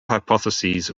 hypotheses